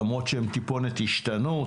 למרות שהם טיפונת השתנו,